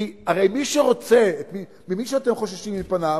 כי הרי מי שרוצה, מי שאתם חוששים מפניו,